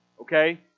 Okay